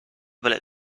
bullet